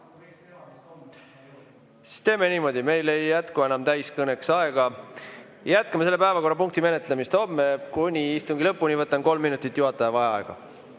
Siis teeme niimoodi. Meil ei jätku enam täiskõneks aega. Jätkame selle päevakorrapunkti menetlemist homme. Kuni istungi lõpuni võtan kolm minutit juhataja vaheaega.V